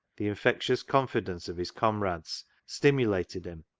the infectious confidence of his comrades stimu lated him,